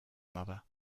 mother